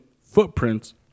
footprints